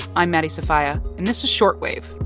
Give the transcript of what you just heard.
i'm maddie sofia, and this is short wave,